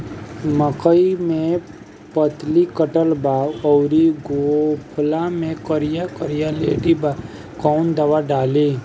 मकई में पतयी कटल बा अउरी गोफवा मैं करिया करिया लेढ़ी बा कवन दवाई डाली?